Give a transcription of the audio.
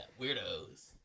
Weirdos